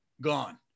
gone